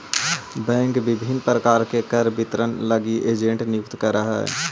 bank विभिन्न प्रकार के कर वितरण लगी एजेंट नियुक्त करऽ हइ